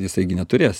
jisai gi neturės